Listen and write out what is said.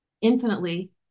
infinitely